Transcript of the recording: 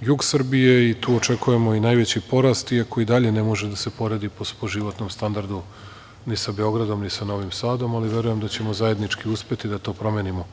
jug Srbije i tu očekujemo i najveći porast, iako i dalje ne može da se poredi po životnom standardu ni sa Beogradom, ni sa Novim Sadom, ali verujem da ćemo zajednički uspeti da to promenimo.